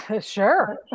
Sure